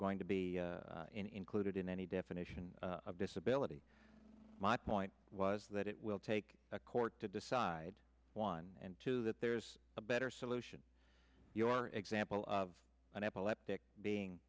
going to be included in any definition of disability my point was that it will take a court to decide one and two that there's a better solution your example of an epileptic being